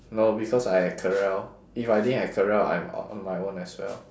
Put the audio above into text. no because I had carell if I didn't have carell I'm o~ on my own as well